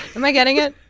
am i getting it?